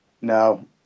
No